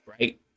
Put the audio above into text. right